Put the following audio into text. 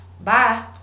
Bye